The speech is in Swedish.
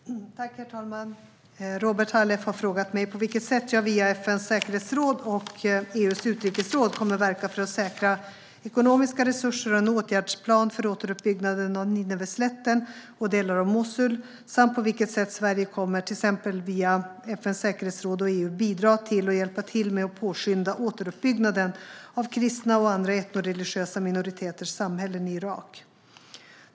Herr talman! Robert Halef har frågat mig på vilket sätt jag via FN:s säkerhetsråd och EU:s utrikesråd kommer att verka för att säkra ekonomiska resurser och en åtgärdsplan för återuppbyggnaden av Nineveslätten och delar av Mosul samt på vilket sätt Sverige, till exempel via FN:s säkerhetsråd och EU, kommer att bidra till att hjälpa till med och påskynda återuppbyggnaden av kristna och andra etnoreligiösa minoriteters samhällen i Irak.